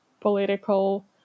political